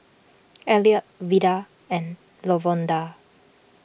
Elliott Veda and Lavonda